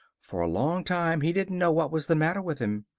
for a long time he didn't know what was the matter with him.